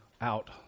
out